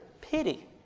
pity